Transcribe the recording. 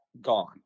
gone